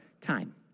time